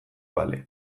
bale